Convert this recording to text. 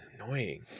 annoying